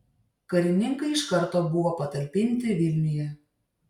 karininkai iš karto buvo patalpinti vilniuje